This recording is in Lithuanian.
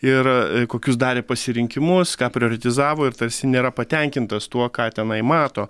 ir kokius darė pasirinkimus ką prioretizavo ir tarsi nėra patenkintas tuo ką tenai mato